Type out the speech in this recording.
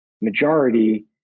majority